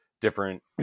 different